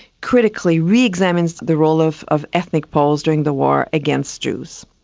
critically re-examines the role of of ethnic poles during the war against jews.